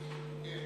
כן.